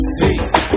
Peace